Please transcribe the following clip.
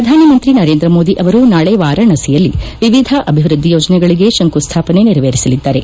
ಪ್ರಧಾನ ಮಂತ್ರಿ ನರೇಂದ್ರ ಮೋದಿ ಅವರು ನಾಳೆ ವಾರಾಣಸಿಯಲ್ಲಿ ವಿವಿಧ ಅಭಿವೃದ್ದಿ ಯೋಜನೆಗಳಿಗೆ ಶಂಕುಸ್ನಾಪನೆ ನೆರವೇರಿಸಲಿದ್ದಾರೆ